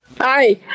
Hi